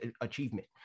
achievement